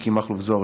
מיקי מכלוף זוהר,